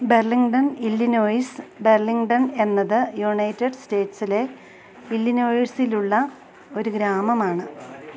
Burlington Illinois Burlington എന്നത് United സ്റ്റേറ്റ്സിലെ ഇല്ലിനോയ്സിലുള്ള ഒരു ഗ്രാമമാണ്